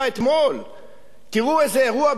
תראו איזה אירוע ביטחוני קרה אתמול,